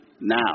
now